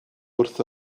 wrth